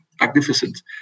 magnificent